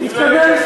התקבל.